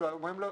לא